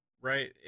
Right